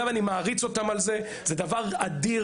אגב, אני מעריץ אותם על זה, זה דבר אדיר.